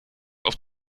auf